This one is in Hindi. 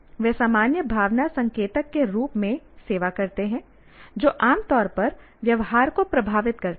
वे सामान्य भावना संकेतक के रूप में सेवा करते हैं जो आमतौर पर व्यवहार को प्रभावित करते हैं